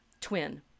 twin